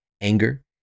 anger